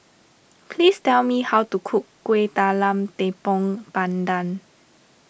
please tell me how to cook Kueh Talam Tepong Pandan